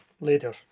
Later